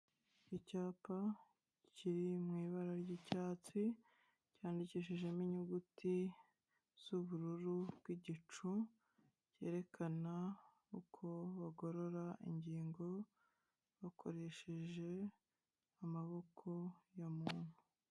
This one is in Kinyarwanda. Icyapa kiri mu ibara ry'icyatsi cyandikishijemo inyuguti z'ubururu bw'igicu, kerekana uko bagorora ingingo bakoresheje amaboko ya muntu.